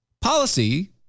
Policy